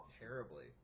terribly